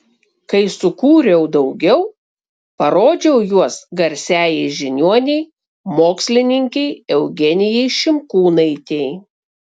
kai sukūriau daugiau parodžiau juos garsiajai žiniuonei mokslininkei eugenijai šimkūnaitei